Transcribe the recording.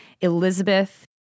Elizabeth